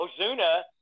Ozuna